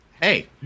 hey